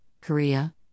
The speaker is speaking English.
Korea